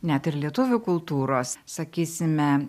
net ir lietuvių kultūros sakysime